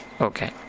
Okay